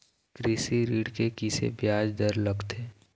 कृषि ऋण के किसे ब्याज दर लगथे?